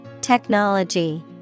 Technology